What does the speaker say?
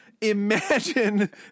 imagine